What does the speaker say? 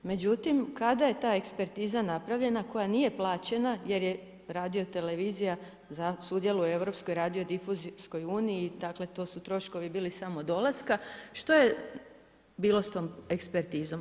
Međutim, kada je ta ekspertiza napravljena koja nije plaćena jer je radiotelevizija za sudjelovanje u Europskoj radiodifucijskoj uniji i dakle, to su troškovi bili samo dolaska, što je bilo s tom ekspertizom.